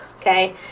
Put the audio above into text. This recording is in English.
okay